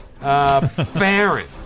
Baron